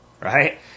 right